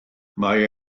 mae